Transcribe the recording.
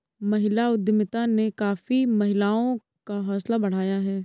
महिला उद्यमिता ने काफी महिलाओं का हौसला बढ़ाया है